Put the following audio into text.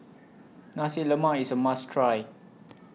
Nasi Lemak IS A must Try